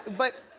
but,